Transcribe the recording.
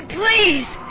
please